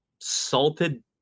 salted